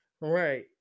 right